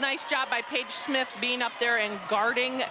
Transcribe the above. nice job by paige smith beingup there and guarding